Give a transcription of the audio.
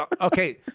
okay